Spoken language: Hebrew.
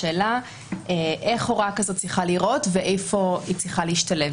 השאלה איך הוראה כזאת צריכה להיראות ואיפה היא צריכה להשתלב,